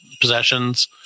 possessions